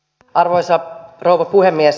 arvoisa rouva puhemies